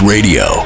Radio